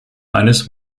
eines